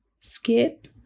Skip